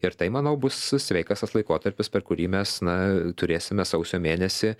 ir tai manau bus sveikas tas laikotarpis per kurį mes na turėsime sausio mėnesį